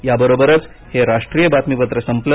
याबरोबरच हे राष्ट्रीय बातमीपत्र संपलं